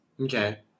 Okay